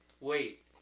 wait